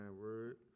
word